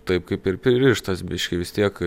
taip kaip ir pririštas biškį vis tiek